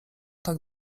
tak